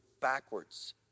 backwards